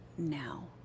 now